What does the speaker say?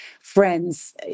friends